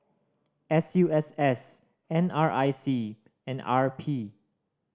S U S S N R I C and R P